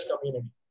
community